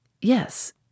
Yes